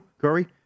Curry